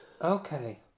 Okay